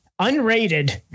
unrated